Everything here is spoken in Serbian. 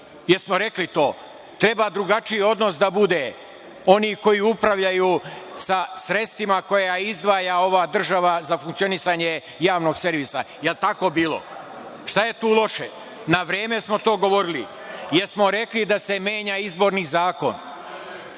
jesmo rekli to? Treba drugačiji odnos da bude, oni koji upravljaju sa sredstvima koja izdvaja ova država za funkcionisanje javnog servisa, jel tako bilo? Šta je tu loše? Na vreme smo to govorili. Jesmo rekli da se menja izborni zakon.